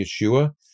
Yeshua